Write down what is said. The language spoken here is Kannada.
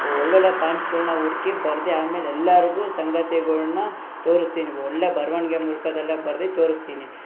ಒಳ್ಳೊಳ್ಳೆಯ ಪಾಯಿಂಟ್ಸ್ಗಳನ್ನ ಹುಡುಕಿ ಬರ್ದು ಆಮೇಲೆ ಎಲ್ಲರಿಗು ಸಂಗತಿಗಳ್ನ ತೋರಿಸ್ತೀನಿ ಒಳ್ಳೆಯ ಬರವಣ್ಗೆ ಮೂಲ್ಕಯೆಲ್ಲ ಬರ್ದು ತೋರಿಸ್ತೀನಿ